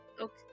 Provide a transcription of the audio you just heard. Okay